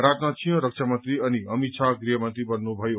राजनाथ सिंह रक्षा मन्त्री अनि अमित शात गृह मन्त्री बन्नुमयो